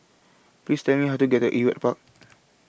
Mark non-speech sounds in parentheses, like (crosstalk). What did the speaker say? Please Tell Me How to get to Ewart Park (noise)